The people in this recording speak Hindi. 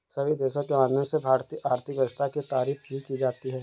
सभी देशों के माध्यम से भारतीय आर्थिक व्यवस्था की तारीफ भी की जाती है